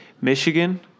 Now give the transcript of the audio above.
Michigan